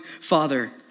father